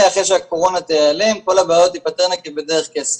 אחרי שהקורונה תיעלם כל הבעיות תיפתרנה כבדרך קסם.